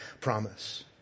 promise